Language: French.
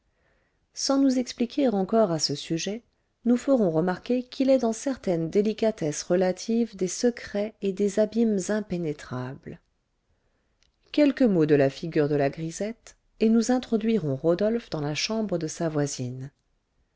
sans nous expliquer encore à ce sujet nous ferons remarquer qu'il est dans certaines délicatesses relatives des secrets et des abîmes impénétrables quelques mots de la figure de la grisette et nous introduirons rodolphe dans la chambre de sa voisine